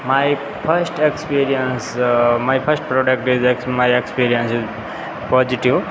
my first experience my first product is a my experience is positive